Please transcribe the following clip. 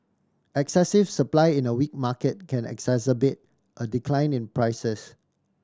excessive supply in a weak market can exacerbate a decline in prices